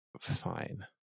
fine